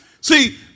See